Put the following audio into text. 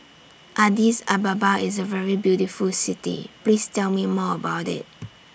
Addis Ababa IS A very beautiful City Please Tell Me More about IT